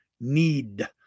need